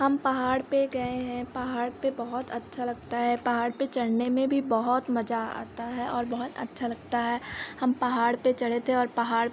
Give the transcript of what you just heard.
हम पहाड़ पर गए हैं पहाड़ पर बहुत अच्छा लगता है पहाड़ पर चढ़ने में भी बहुत मज़ा आता है और बहुत अच्छा लगता है हम पहाड़ पर चढ़े थे और पहाड़